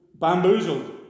bamboozled